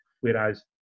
Whereas